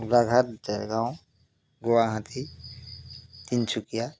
Golaghat Dergaon Guwahati Tinsukia